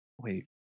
Wait